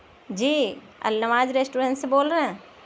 جی النواز restaurant سے بول رہے ہیں